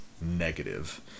negative